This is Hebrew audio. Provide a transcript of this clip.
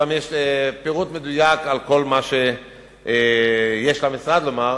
שם יש פירוט מדויק של כל מה שיש למשרד לומר